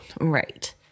Right